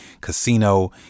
casino